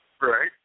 Right